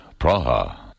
Praha